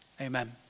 amen